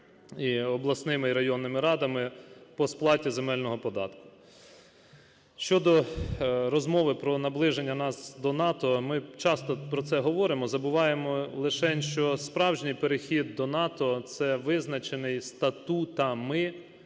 і обласними і районними радами по сплаті земельного податку. Щодо розмови про наближення нас до НАТО. Ми часто про це говоримо, забуваємо лишень, що справжній перехід до НАТО – це визначений статутами